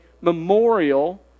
memorial